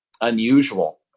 unusual